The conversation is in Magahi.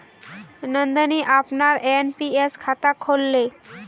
नंदनी अपनार एन.पी.एस खाता खोलले